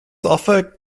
offer